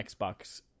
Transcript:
Xbox